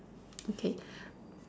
okay